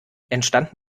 entstanden